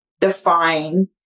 define